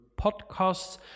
podcasts